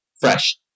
fresh